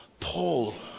Paul